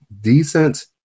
decent